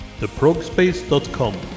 theprogspace.com